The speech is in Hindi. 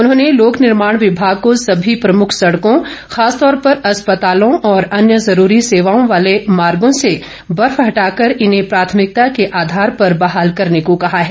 उन्होंने लोक निर्माण विभाग को सभी प्रमुख सड़कों खासतौर पर अस्पतालों और अन्य जरूरी सेवाओं वाले मार्गों से बर्फ हटाकर इन्हें प्राथमिकता के आधार पर बहाल करने को कहा है